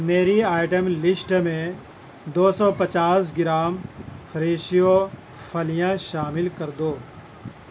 میری item list میں دو سو پچاس گرام فریشیو فلیاں شامل کر دو